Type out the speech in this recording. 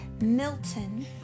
Milton